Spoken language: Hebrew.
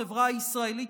החברה הישראלית,